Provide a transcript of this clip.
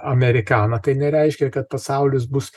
amerikana tai nereiškia kad pasaulis bus